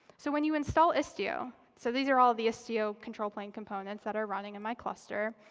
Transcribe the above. so when you install istio so these are all of the istio control plane components that are running in my cluster.